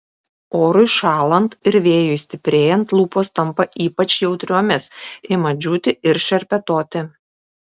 orui šąlant ir vėjui stiprėjant lūpos tampa ypač jautriomis ima džiūti ir šerpetoti